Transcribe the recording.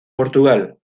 portugal